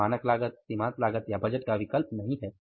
यह मानक लागत सीमांत लागत या बजट का विकल्प नहीं है